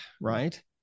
Right